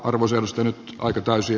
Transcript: arvoisa puheenjohtaja